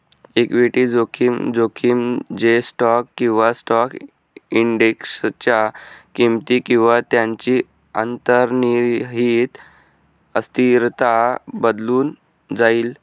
equity जोखीम, जोखीम जे स्टॉक किंवा स्टॉक इंडेक्सच्या किमती किंवा त्यांची अंतर्निहित अस्थिरता बदलून जाईल